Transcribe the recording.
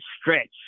stretch